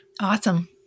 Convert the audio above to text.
Awesome